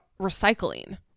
recycling